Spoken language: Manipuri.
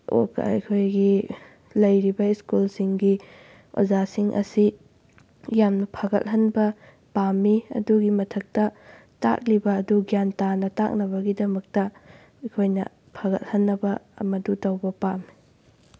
ꯑꯩꯈꯣꯏꯒꯤ ꯂꯩꯔꯤꯕ ꯁ꯭ꯀꯨꯜꯁꯤꯡꯒꯤ ꯑꯣꯖꯥꯁꯤꯡ ꯑꯁꯤ ꯌꯥꯝꯅ ꯐꯒꯠꯍꯟꯕ ꯄꯥꯝꯃꯤ ꯑꯗꯨꯒꯤ ꯃꯊꯛꯇ ꯇꯥꯛꯂꯤꯕ ꯑꯗꯨ ꯒ꯭ꯌꯥꯟ ꯇꯥꯅ ꯇꯥꯛꯅꯕꯒꯤꯗꯃꯛꯇ ꯑꯩꯈꯣꯏꯅ ꯐꯠꯒꯍꯟꯅꯕ ꯃꯗꯨ ꯇꯧꯕ ꯄꯥꯝꯃꯤ